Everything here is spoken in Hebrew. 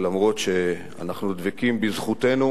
אף שאנחנו דבקים בזכותנו